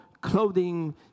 clothing